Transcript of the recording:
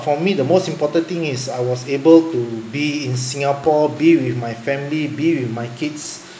for me the most important thing is I was able to be in singapore be with my family be with my kids